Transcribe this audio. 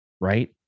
right